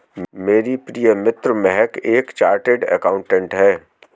मेरी प्रिय मित्र महक एक चार्टर्ड अकाउंटेंट है